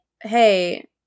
hey